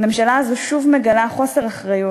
הממשלה הזו שוב מגלה חוסר אחריות,